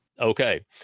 Okay